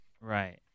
Right